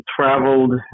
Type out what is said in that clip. traveled